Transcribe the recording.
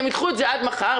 הם ידחו את זה עד מחר,